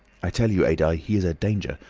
i tell you, adye, he is a danger,